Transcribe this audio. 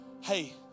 hey